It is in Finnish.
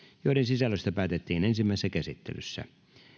joiden sisällöstä päätettiin ensimmäisessä käsittelyssä